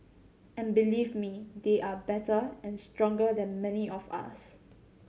and believe me they are better and stronger than many of us